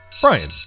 Brian